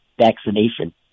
vaccination